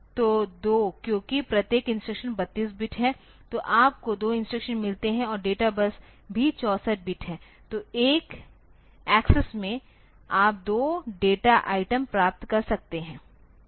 तो दो क्योंकि प्रत्येक इंस्ट्रक्शन 32 बिट है तो आपको दो इंस्ट्रक्शन मिलते हैं और डेटा बस भी 64 बिट है तो एक एक्सेस में आप दो डेटा आइटम प्राप्त कर सकते हैं